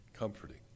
Comforting